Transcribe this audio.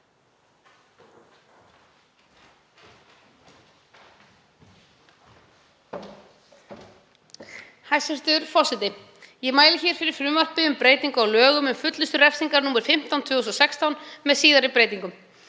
Hæstv. forseti. Ég mæli fyrir frumvarpi um breytingu á lögum um fullnustu refsinga, nr. 15/2016, með síðari breytingum.